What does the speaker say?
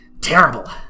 terrible